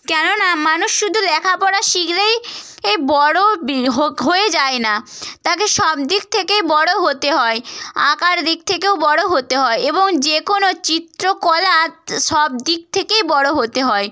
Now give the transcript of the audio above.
কেননা মানুষ শুধু লেখাপড়া শিখলেই এ বড়ো হয়ে যায় না তাকে সবদিক থেকেই বড়ো হতে হয় আঁকার দিক থেকেও বড়ো হতে হয় এবং যে কোনো চিত্রকলার সবদিক থেকেই বড়ো হতে হয়